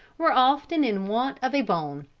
were often in want of a bone,